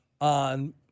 on